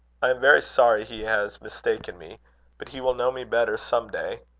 i am very sorry he has mistaken me but he will know me better some day.